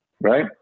Right